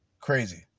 Crazy